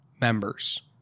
members